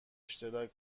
اشتراک